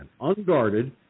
unguarded